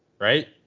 right